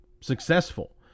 successful